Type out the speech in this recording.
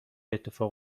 اتفاق